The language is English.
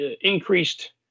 increased